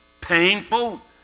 painful